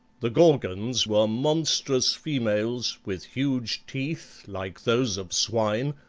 the gorgons were monstrous females with huge teeth like those of swine,